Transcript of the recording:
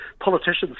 politicians